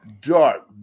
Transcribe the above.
dark